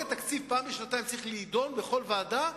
פעם אחת בשנתיים חוק התקציב צריך להידון בכל ועדה,